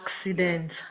accident